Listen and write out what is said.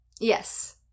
Yes